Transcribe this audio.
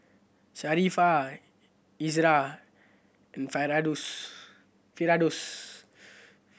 Sharifah Izzara and Firdaus